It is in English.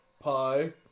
pie